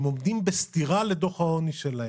והם עומדים בסתירה לדוח העוני שלהם,